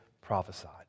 prophesied